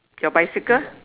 your bicycle